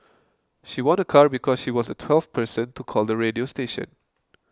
she won a car because she was the twelfth person to call the radio station